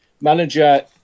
Manager